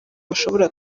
bashobora